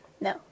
No